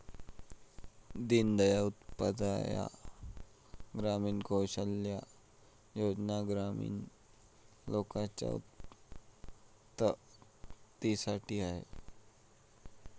दीन दयाल उपाध्याय ग्रामीण कौशल्या योजना ग्रामीण लोकांच्या उन्नतीसाठी आहेत